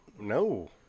no